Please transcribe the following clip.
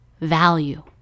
value